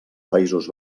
països